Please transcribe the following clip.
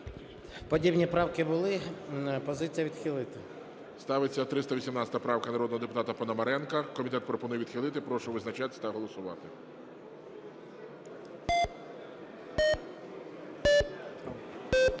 Подібні правки були. Позиція – відхилити. ГОЛОВУЮЧИЙ. Ставиться 318 правка народного депутата Пономаренка. Комітет пропонує відхилити. Прошу визначатись та голосувати.